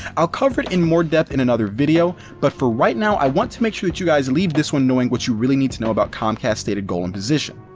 i'll cover it in more depth in another video, but for right now i want to make sure you guys leave this one knowing what you really need to know about comcast's stated goals and position.